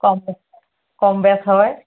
কম বেছ কম বেছ হয়